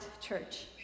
church